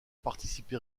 participé